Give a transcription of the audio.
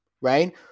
right